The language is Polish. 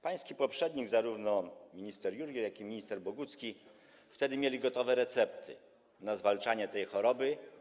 Pańscy poprzednicy - zarówno minister Jurgiel, jak i minister Bogucki - mieli wtedy gotowe recepty na zwalczanie tej choroby.